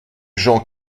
jean